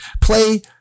play